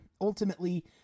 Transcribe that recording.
ultimately